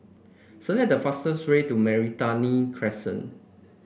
select the fastest way to Meranti Crescent